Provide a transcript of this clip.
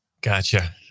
gotcha